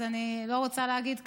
אז אני לא רוצה להגיד כאן,